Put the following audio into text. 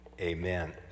Amen